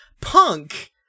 Punk